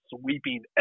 sweeping